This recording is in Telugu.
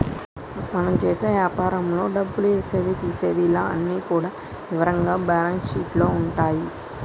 మనం చేసే యాపారంలో డబ్బులు ఏసేది తీసేది ఇలా అన్ని కూడా ఇవరంగా బ్యేలన్స్ షీట్ లో ఉంటాయి